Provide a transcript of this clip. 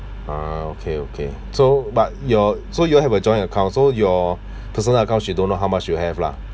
ah okay okay so but your so you have a joint account so your personal account she don't know how much you have lah